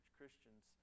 Christians